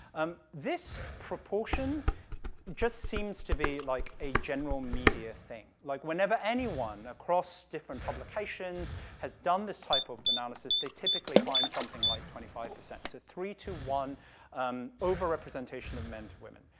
um, this proportion just seems to be, like, a general media thing. like, whenever anyone across different publications has done this type of analysis, they typically find something like twenty five percent, so three to one um overrepresentation of men to women,